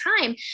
time